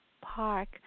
Park